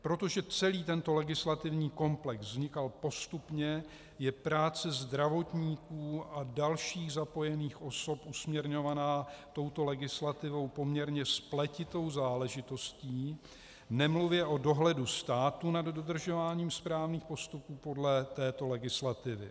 Protože celý tento legislativní komplex vznikal postupně, je práce zdravotníků a dalších zapojených osob usměrňovaná touto legislativou poměrně spletitou záležitostí, nemluvě o dohledu státu nad dodržováním správných postupů podle této legislativy.